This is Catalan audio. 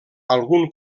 algun